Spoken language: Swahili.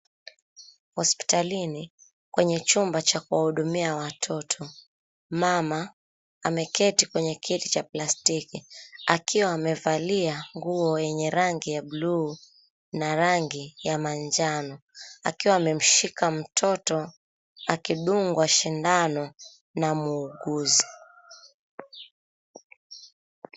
Hospitalini, kwenye chumba cha kuwahudumia watoto. Mama ameketi kwenye kiti cha plastiki, akiwa amevalia nguo yenye rangi ya blue na rangi ya manjano, akiwa amemshika mtoto akidungwa sindano na muuguzi.